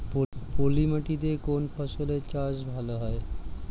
পলি মাটিতে কোন ফসলের চাষ ভালো হয়?